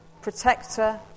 protector